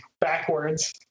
backwards